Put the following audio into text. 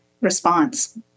response